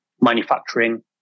manufacturing